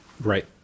Right